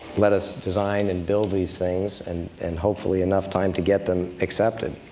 let us design and build these things, and in hopefully enough time to get them accepted.